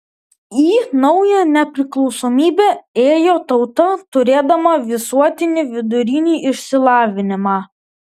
į naują nepriklausomybę ėjo tauta turėdama visuotinį vidurinį išsilavinimą